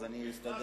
אז אני אסתדר,